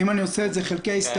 אם אני עושה את זה חלקי הסתייגויות,